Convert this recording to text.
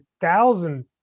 thousand